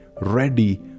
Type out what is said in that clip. ready